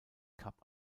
cap